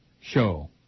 show